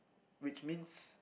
which means